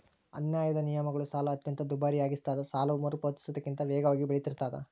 ಅನ್ಯಾಯದ ನಿಯಮಗಳು ಸಾಲ ಅತ್ಯಂತ ದುಬಾರಿಯಾಗಿಸ್ತದ ಸಾಲವು ಮರುಪಾವತಿಸುವುದಕ್ಕಿಂತ ವೇಗವಾಗಿ ಬೆಳಿತಿರ್ತಾದ